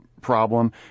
problem